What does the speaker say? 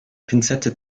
pinzette